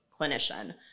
clinician